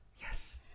yes